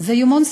זה יומון סעודי,